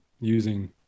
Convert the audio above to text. using